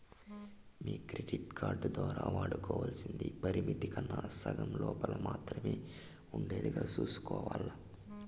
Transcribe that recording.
మీ credit card దోరా వాడుకోవల్సింది పరిమితి కన్నా సగం లోపల మాత్రమే ఉండేదిగా సూసుకోవాల్ల